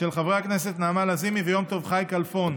של חברי הכנסת נעמה לזימי ויום טוב חי כלפון.